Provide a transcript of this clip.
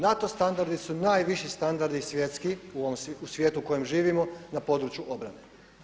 NATO standardi su najviši standardi svjetski u ovom svijetu u kojem živimo na području obrane.